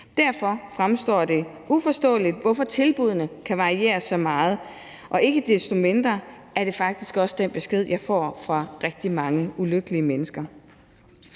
Derfor fremstår det uforståeligt, hvorfor tilbuddene kan variere så meget, og det er faktisk også den besked, jeg får fra rigtig mange ulykkelige mennesker.